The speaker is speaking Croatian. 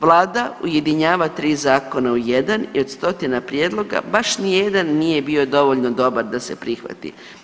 Vlada ujedinjava tri zakona u jedan i od stotina prijedloga baš ni jedan nije bio dovoljno dobar da se prihvati.